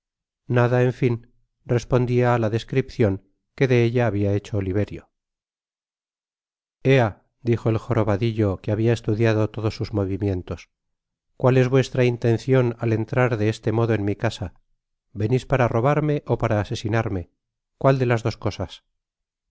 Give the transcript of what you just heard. nada en fin respondia á la descripcion que de ella habia hecho oliverio lía dijo el jorobadillo que habia estudiado todos sus mo vimientos cuál es vuestra intencion al entrar de este modo en mi casa venis para robarme ó para asesinarme cuál de las dos cosas